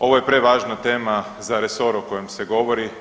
Ovo je prevažna tema za resor o kojem se govori.